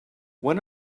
when